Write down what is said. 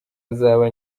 azaba